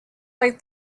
like